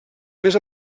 més